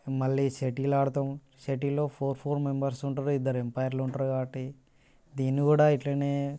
మళ్ళీ షటిల్ ఆడతాం షటిల్లో ఫోర్ ఫోర్ మెంబెర్స్ ఉంటారు ఇద్దరు ఎంపైర్లుంటారు కాబట్టి దీన్నికూడ ఇట్లనే